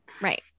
Right